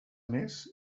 més